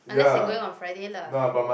unless they are going on Friday lah